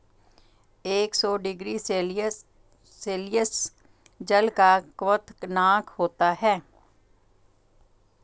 एक सौ degree Celsius जल का क्वथनांक होता है